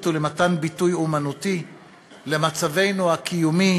ולמתן ביטוי אמנותי למצבנו הקיומי,